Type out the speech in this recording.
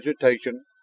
vegetation